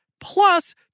plus